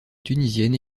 tunisienne